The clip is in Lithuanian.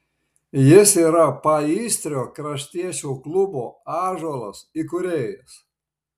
jis yra paįstrio kraštiečių klubo ąžuolas įkūrėjas